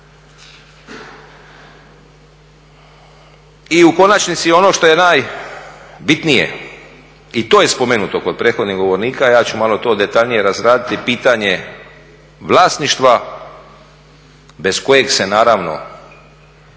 I u konačnici ono što je najbitnije i to je spomenuto kod prethodnih govornika, ja ću malo to detaljnije razraditi, pitanje vlasništva bez kojeg se naravno